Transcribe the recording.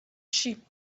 sheep